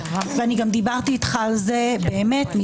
אז אין פה שום דבר שמטפל באמון הציבור